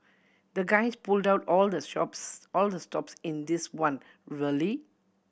the guys pulled out all the stops all the stops in this one really